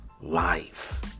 life